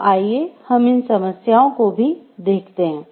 तो आइए हम इन समस्याओं को भी देखते हैं